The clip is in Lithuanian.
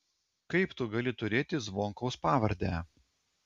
kaip tu gali turėti zvonkaus pavardę